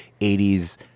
80s